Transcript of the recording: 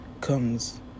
comes